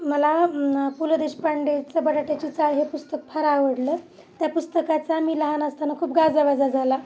मला पु ल देशपांडेचं बटाट्याची चाळ हे पुस्तक फार आवडलं त्या पुस्तकाचा मी लहान असताना खूप गाजाबाजा झाला